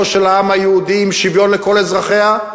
של העם היהודי עם שוויון לכל אזרחיה,